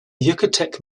yucatec